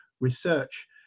research